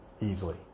Easily